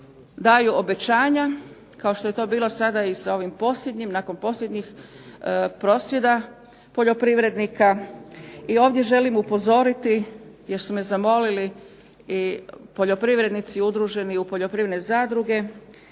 daju obećanja, kao što je bilo nakon posljednjih prosvjeda poljoprivrednika, i ovdje želim upozoriti jer su me zamolili i poljoprivrednici udruženi u poljoprivredne zadruge